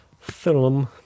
film